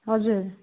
हजुर